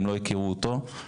הם לא הכירו אותו קודם לכן,